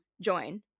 join